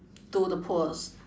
to the poors